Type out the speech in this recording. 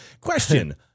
Question